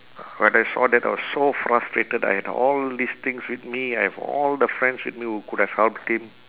when I saw that I was so frustrated I had all these things with me I have all the friends with me who could've helped him